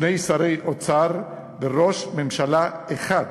שני שרי אוצר וראש ממשלה אחד